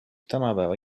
tänapäeva